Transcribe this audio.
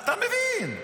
אתה מבין.